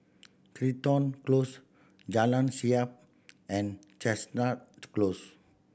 town Close Jalan Siap and Chestnut Close